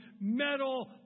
metal